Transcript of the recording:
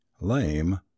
Lame